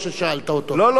זה לא,